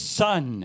son